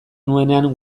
nuenean